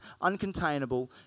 uncontainable